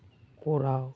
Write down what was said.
ᱠᱚᱨᱟᱣ